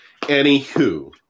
Anywho